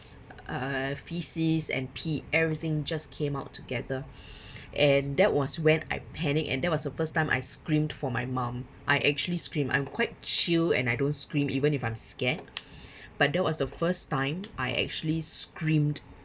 uh faeces and pee everything just came out together and that was when I panic and there was a first time I screamed for my mum I actually screamed I'm quite chill and I don't scream even if I'm scared but that was the first time I actually screamed